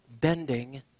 bending